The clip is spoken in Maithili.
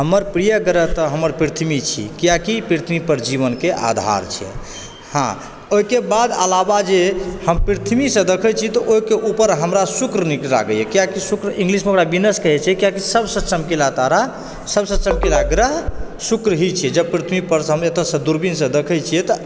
हमर प्रिय ग्रह तऽ हमर पृथ्वी छी किआकि पृथ्वी पर जीवनके आधार छै हँ ओहिके बाद अलावा जे हम पृथ्वीसँ देखै छी तऽ ओहिके ऊपर हमरा शुक्र नीक लगैए किआकि शुक्र इंग्लिशमे ओकरा वीनस कहै छै किआकि सबसँ चमकीला तारा सबसँ चमकीला ग्रह शुक्र ही छै जब पृथ्वी परसँ हम एतए सँ दूरबीनसँ देखै छिऐ तऽ